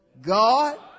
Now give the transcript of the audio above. God